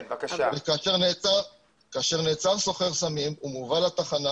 כאשר נעצם סוחר סמים הוא מובא לתחנה.